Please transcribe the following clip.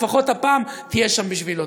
לפחות הפעם תהיה שם בשבילו.